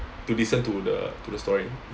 to listen to the to the story